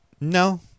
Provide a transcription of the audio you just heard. no